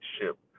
ship